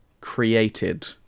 created